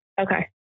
okay